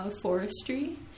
forestry